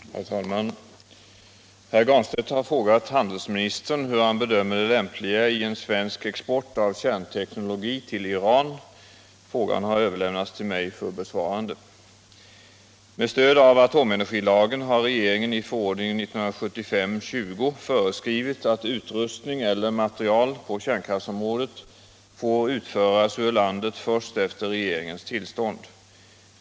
Herr talman! Herr Granstedt har frågat handelsministern hur han bedömer det lämpliga i en svensk export av kärnteknologi till Iran. Frågan har överlämnats till mig för besvarande. Med stöd av atomenergilagen har regeringen i förordningen 1975:20 föreskrivit att utrustning eller material på kärnkraftsområdet får utföras ur landet först efter regeringens tillstånd.